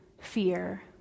fear